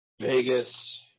Vegas